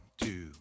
two